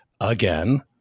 again